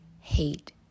hate